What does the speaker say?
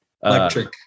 Electric